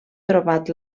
trobat